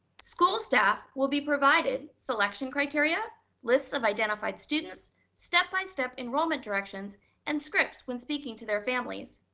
school staff will be provided selection criteria list of identified students. step-by-step enrollment directions and scripts. when speaking to their families,